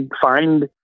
find